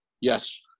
Yes